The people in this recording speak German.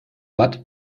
watt